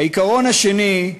העיקרון השני,